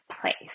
place